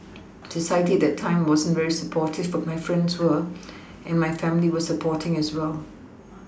society at that time wasn't very supportive but my friends were and my family were supporting as well